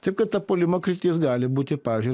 taip ta puolimo kryptis gali būti pavyzdžiui